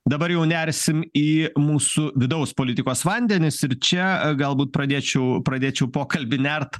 dabar jau nersim į mūsų vidaus politikos vandenis ir čia galbūt pradėčiau pradėčiau pokalbį nert